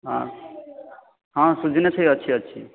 ହଁ ହଁ ସୁଜନାଛୁଇଁ ଅଛି ଅଛି